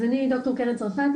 אז אני דוקטור קרן צרפתי,